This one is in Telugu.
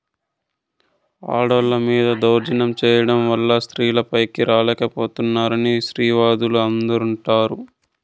ఆడోళ్ళ మీద దౌర్జన్యం చేయడం వల్ల స్త్రీలు పైకి రాలేక పోతున్నారని స్త్రీవాదులు అంటుంటారు